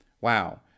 wow